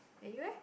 then you eh